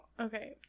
okay